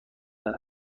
بود